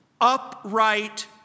upright